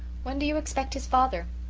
when do you expect his father?